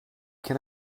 can